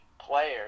players